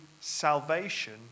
salvation